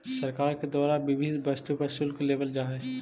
सरकार के द्वारा विविध वस्तु पर शुल्क लेवल जा हई